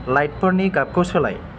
लाइटफोरनि गाबखौ सोलाय